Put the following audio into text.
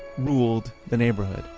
ruled the neighborhood.